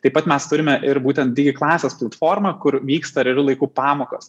taip pat mes turime ir būtent digi klasės platformą kur vyksta realiu laiku pamokos